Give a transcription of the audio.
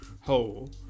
hole